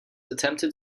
attempted